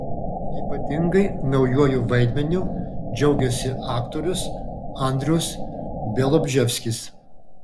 ypatingai naujuoju vaidmeniu džiaugiasi aktorius andrius bialobžeskis